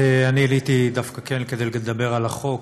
אני עליתי דווקא כן כדי לדבר על החוק,